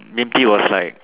B_M_T was like